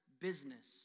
business